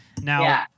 Now